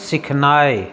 सिखनाइ